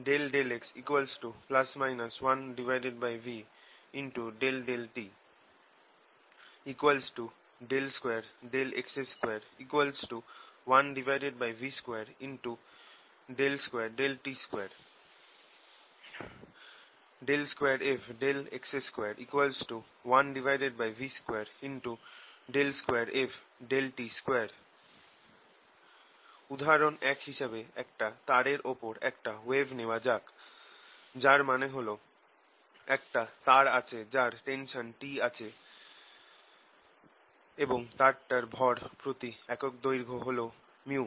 ∂x ±1v∂t 2x2 1v22t2 2fx2 1v22ft2 উদাহরণ এক হিসেবে একটা তারের ওপর একটা ওয়েভ নেওয়া যাক যার মানে হল একটা তার আছে যার টেনশান T আছে এবং তারটার ভর প্রতি একক দৈর্ঘ্য হল µ